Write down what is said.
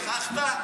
שכחת?